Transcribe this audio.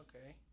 Okay